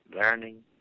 learning